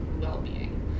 well-being